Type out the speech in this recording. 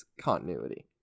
continuity